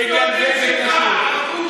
בגלל זה זה קשור.